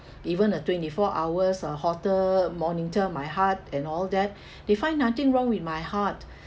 even a twenty four hours uh holter monitor my heart and all that they find nothing wrong with my heart